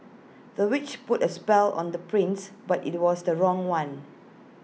the witch put A spell on the prince but IT was the wrong one